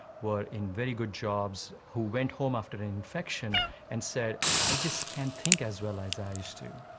where in very good jobs, who went home after an infection and said, i just can't think as well as i used to.